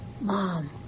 Mom